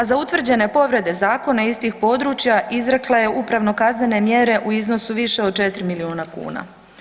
A za utvrđene povrede zakona iz tih područja izrekla je upravno kaznene mjere u iznosu više od 4 milijuna kuna.